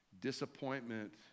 Disappointment